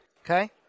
Okay